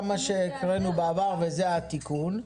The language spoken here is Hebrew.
גם מה שהקראנו בעבר וזה התיקון.